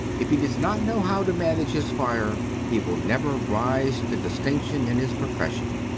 if he does not know how to manage his fire, he will never rise to distinction in his profession.